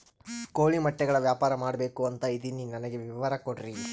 ಕೋಳಿ ಮೊಟ್ಟೆಗಳ ವ್ಯಾಪಾರ ಮಾಡ್ಬೇಕು ಅಂತ ಇದಿನಿ ನನಗೆ ವಿವರ ಕೊಡ್ರಿ?